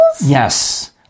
Yes